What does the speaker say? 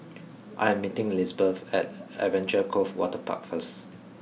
I am meeting Lisbeth at Adventure Cove Waterpark first